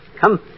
Come